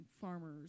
farmers